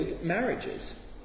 marriages